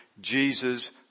Jesus